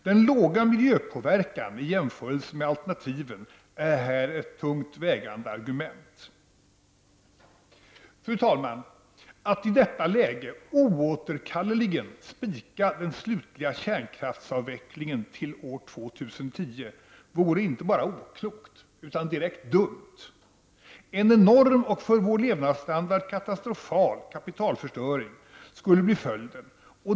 Den ringa miljöpåverkan i jämförelse med alternativen är här ett tungt vägande argument. Fru talman! Att i detta läge ''oåterkalleligen'' spika den slutliga kärnkraftsavvecklingen till år 2010 vore inte bara oklokt, utan direkt dumt. En enorm och för vår levnadsstandard katastrofal kapitalförstöring skulle bli följden.